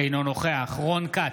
אינו נוכח רון כץ,